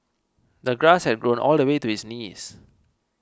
the grass had grown all the way to his knees